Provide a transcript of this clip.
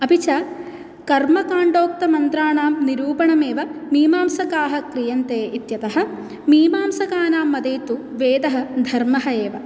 अपि च कर्मकाण्डोक्तमन्त्राणां निरूपणमेव मीमांसकाः क्रियन्ते इत्यतः मीमांसकानां मते तु वेदः धर्मः एव